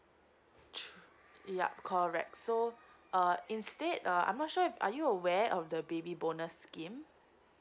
true yup correct so uh instead uh I'm not sure if are you aware of the baby bonus scheme